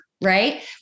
right